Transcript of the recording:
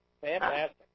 Fantastic